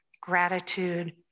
gratitude